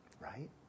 right